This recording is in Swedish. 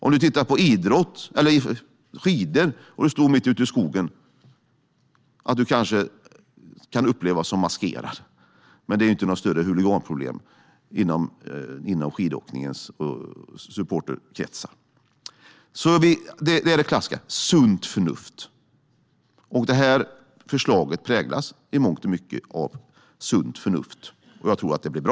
Om man tittar på skidtävlingar och står mitt ute i skogen kanske man kan upplevas som maskerad, men det finns inte något större huliganproblem inom skidåkningens supporterkretsar. Det är det klassiska som gäller: sunt förnuft. Förslaget präglas i mångt och mycket av sunt förnuft, och jag tror att det blir bra.